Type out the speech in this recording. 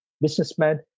businessman